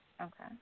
Okay